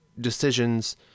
decisions